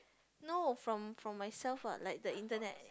no from from myself what like the internet